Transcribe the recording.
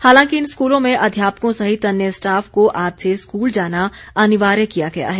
हालांकि इन स्कूलों में अध्यापकों सहित अन्य स्टॉफ को आज से स्कूल जाना अनिवार्य किया गया है